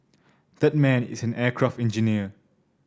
that man is an aircraft engineer